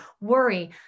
worry